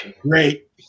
great